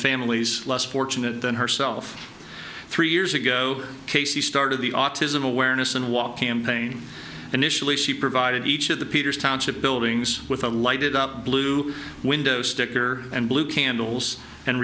families less fortunate than herself three years ago casey started the autism awareness and walk campaign initially she provided each of the peters township buildings with a lighted up blue window sticker and blue candles and